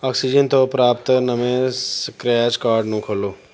oxygen ਤੋਂ ਪ੍ਰਾਪਤ ਨਵੇਂ ਸਕ੍ਰੈਚ ਕਾਰਡ ਨੂੰ ਖੋਲ੍ਹੋ